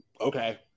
okay